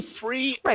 free